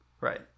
Right